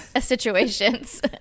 situations